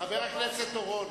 הכנסת אורון,